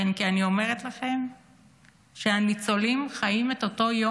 כי אני אומרת לכם שהניצולים חיים את אותו יום